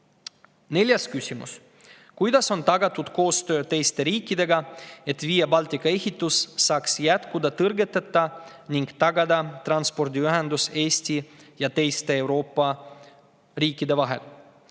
küsimus: "Kuidas on tagatud koostööd teiste riikidega, et Via Baltica ehitus saaks jätkuda tõrgeteta ning tagada transpordiühendus Eesti ja teiste Euroopa riikide vahel?"